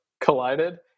collided